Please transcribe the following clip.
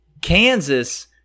Kansas